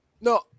No